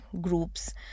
groups